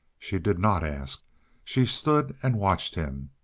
she did not ask she stood and watched him,